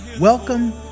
Welcome